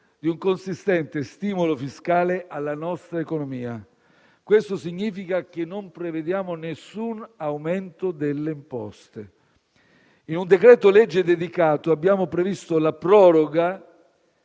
di un consistente stimolo fiscale alla nostra economia. Questo significa che non prevediamo nessun aumento delle imposte. In un decreto-legge dedicato abbiamo previsto l'ulteriore